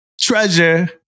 Treasure